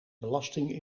belastingen